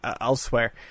elsewhere –